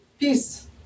Peace